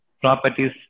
properties